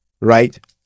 right